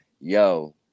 Yo